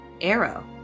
arrow